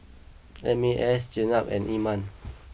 M A S Jenab and Iman